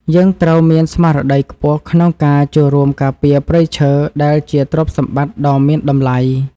យើងត្រូវមានស្មារតីខ្ពស់ក្នុងការចូលរួមការពារព្រៃឈើដែលជាទ្រព្យសម្បត្តិដ៏មានតម្លៃ។